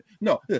No